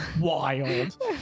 wild